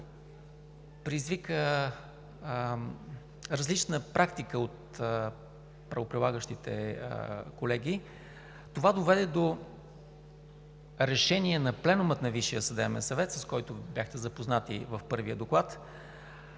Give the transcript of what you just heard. предизвика различна практика от правоприлагащите колегии, това доведе до Решение на Пленума на Висшия съдебен съвет, с който бяхте запознати в първия доклад.